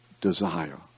desire